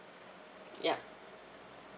ya